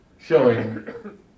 showing